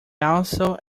also